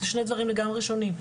זה שני דברים לגמרי שונים.